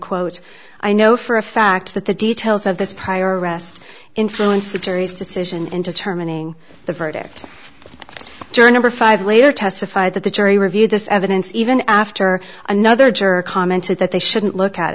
quote i know for a fact that the details of this prior arrest influenced the jury's decision in determining the verdict journal for five later testified that the jury reviewed this evidence even after another juror commented that they shouldn't look at